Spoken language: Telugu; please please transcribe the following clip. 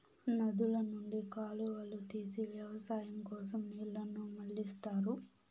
నదుల నుండి కాలువలు తీసి వ్యవసాయం కోసం నీళ్ళను మళ్ళిస్తారు